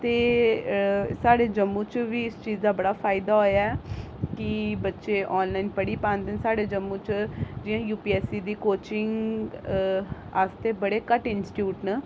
ते साढ़े जम्मू च बी इस चीज दा बड़ा फायदा होआ ऐ कि बच्चे आनलाइन पढ़ी पांदे न साढ़े जम्मू च जि'यां यू पी एस ई दी कोचिंग आस्तै बड़े घट्ट इंस्टीट्यूट न